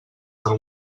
del